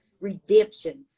redemption